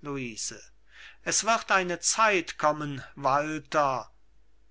luise es wird eine zeit kommen walter